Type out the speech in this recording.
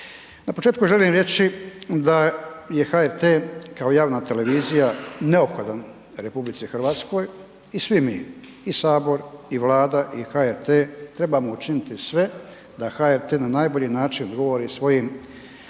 Na početku želim reći da je HRT-a kao javna televizija neophodan RH i svi mi i Sabor, i Vlada i HRT trebamo učiniti sve da HRT na najbolji način odgovori svojim